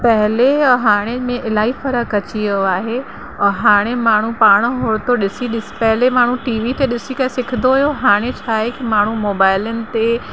पहले या हाणे में इलाही फ़र्क़ु अची वियो आहे और हाणे माण्हू पाण हू त ॾिसी ॾिसी पहले माण्हू टी वी ते ॾिसी करे सिखंदो हुयो हाणे छा आहे कि माण्हू मोबाइलनि ते